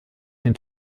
den